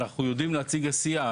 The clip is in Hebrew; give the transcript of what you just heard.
אנחנו יודעים להציג עשייה.